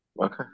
Okay